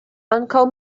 ankaŭ